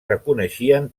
reconeixien